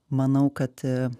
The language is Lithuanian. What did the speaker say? manau kad